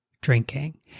drinking